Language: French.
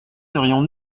serions